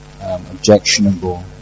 objectionable